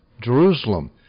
Jerusalem